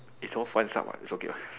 it all fun some it's okay what